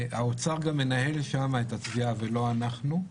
האוצר מנהל שם את התביעה ולא אנחנו.